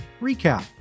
recap